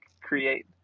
create